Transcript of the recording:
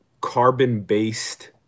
carbon-based